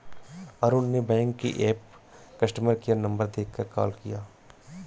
अरुण ने बैंक के app customer care number देखकर कॉल किया